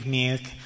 milk